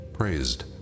Praised